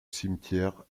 cimetière